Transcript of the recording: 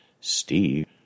Steve